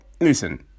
listen